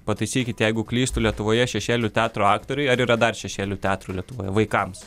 pataisykit jeigu klystu lietuvoje šešėlių teatro aktoriai ar yra dar šešėlių teatrų lietuvoje vaikams